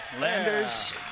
Landers